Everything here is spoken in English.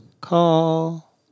call